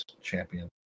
champion